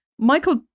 Michael